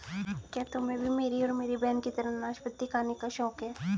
क्या तुम्हे भी मेरी और मेरी बहन की तरह नाशपाती खाने का शौक है?